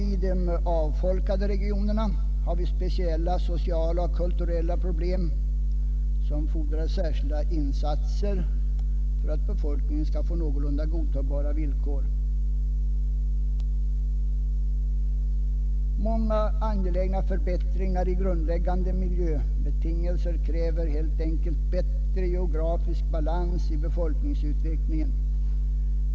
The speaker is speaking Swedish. I de avfolkade regionerna har vi speciella sociala och kulturella problem, som fordrar särskilda insatser för att befolkningen skall få någorlunda godtagbara villkor. Många angelägna förbättringar av grundläggande miljöbetingelser kräver helt enkelt bättre geografisk balans i befolkningsutvecklingen.